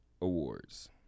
awards